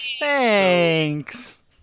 Thanks